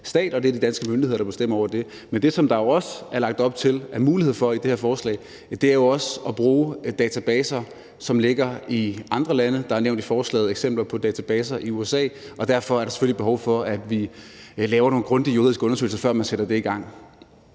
de danske myndigheder, der bestemmer over det. Men det, der også er lagt op til at der skal være mulighed for i det her forslag, er jo at bruge databaser, som ligger i andre lande. Der er i forslaget nævnt eksempler på databaser i USA, og derfor er der selvfølgelig behov for, at man laver nogle grundige juridiske undersøgelser, før man sætter det i gang.